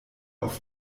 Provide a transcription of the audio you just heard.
auf